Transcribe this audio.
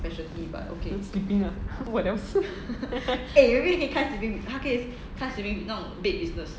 sleeping lah what else